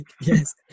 Yes